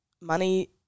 money